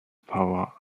power